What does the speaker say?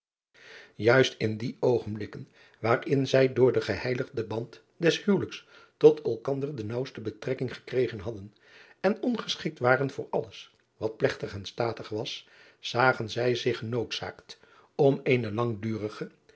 uist in die oogenblikken waarin zij door den geheiligden band des huwelijks tot elkander de naauwste betrekking gekregen hadden en ongeschikt waren voor alles wat plegtig en statig was zagen zij zich genoodzaakt om eenen langdurigen